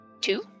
Two